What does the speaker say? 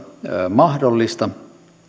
mahdollista